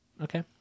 Okay